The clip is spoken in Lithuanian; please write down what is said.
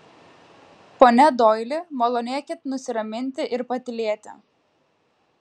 pone doili malonėkit nusiraminti ir patylėti